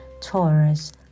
Taurus